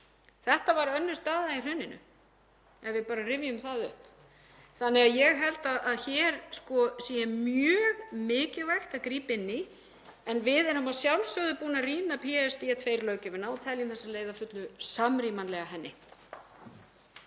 staða var önnur í hruninu ef við rifjum það upp. Þannig að ég held að hér sé mjög mikilvægt að grípa inn í. En við erum að sjálfsögðu búin að rýna PSD2-löggjöfina og teljum þessa leið af fullu samrýmanlega henni.